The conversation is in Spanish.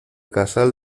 casal